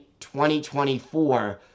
2024